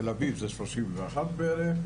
בתל אביב זה 31 שנה ובצפון,